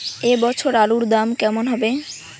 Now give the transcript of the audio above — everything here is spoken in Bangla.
এ বছর আলুর দাম কেমন হবে?